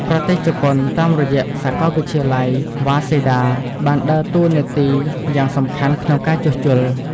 ប្រទេសជប៉ុន តាមរយៈសាកលវិទ្យាល័យ វ៉ាសេដា Waseda បានដើរតួនាទីយ៉ាងសំខាន់ក្នុងការជួសជុល។